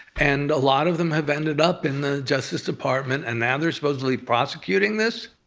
and a lot of them have ended up in the justice department, and now they're supposedly prosecuting this?